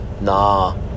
Nah